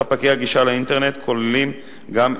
ספקי הגישה לאינטרנט כוללים גם את,